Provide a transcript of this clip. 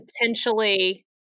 potentially